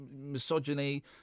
Misogyny